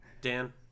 Dan